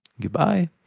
Goodbye